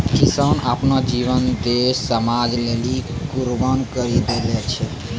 किसान आपनो जीवन देस समाज लेलि कुर्बान करि देने छै